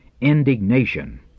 indignation